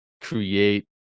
create